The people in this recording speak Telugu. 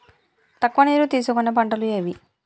తక్కువ నీరు తీసుకునే పంటలు ఏవి?